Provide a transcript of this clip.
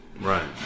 right